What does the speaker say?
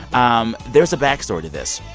um there's a backstory to this.